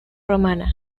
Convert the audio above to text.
romana